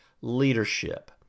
leadership